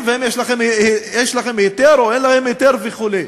והאם יש לכם היתר או אין להם היתר וכו'.